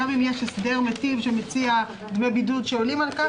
גם אם יש הסדר מיטיב שמציע דמי בידוד שעולים על כך.